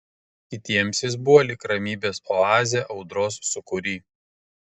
kitiems jis buvo lyg ramybės oazė audros sūkury